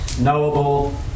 knowable